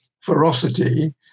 ferocity